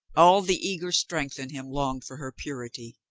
all the eager strength in him longed for her purity.